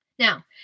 Now